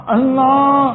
Allah